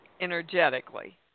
energetically